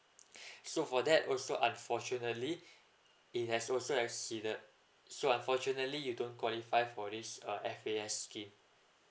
so for that also unfortunately it has also exceeded so unfortunately you don't qualify for this uh F_A_S scheme